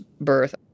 birth